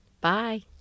Bye